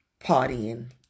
partying